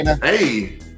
Hey